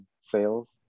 sales